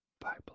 Bible